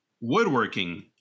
woodworking